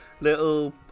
little